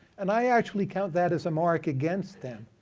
and i actually count that as a mark against them.